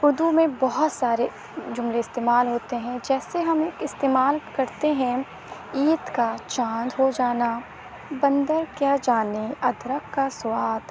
اردو میں بہت سارے جملے استعمال ہوتے ہیں جیسے ہم استعمال کرتے ہیں عید کا چاند ہو جانا بندر کیا جانے ادرک کا سواد